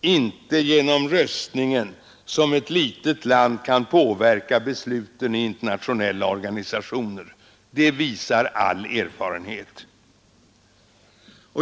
inte genom röstningen, som ett litet land kan påverka besluten i internationella organisationer. Det visar all erfarenhet.